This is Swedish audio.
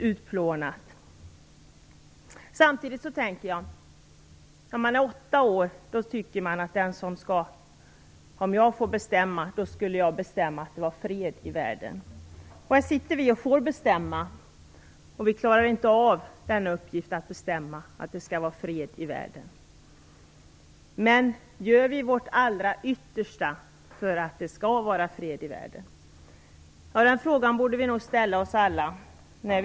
Samtidigt tror jag att den som är åtta år tänker: Om jag fick bestämma skulle jag bestämma att det var fred i världen. Och här sitter vi och får bestämma, men vi klarar inte av uppgiften att bestämma att det skall vara fred i världen. Men gör vi verkligen vårt allra yttersta för att det skall vara fred i världen? Den frågan borde vi nog alla ställa oss.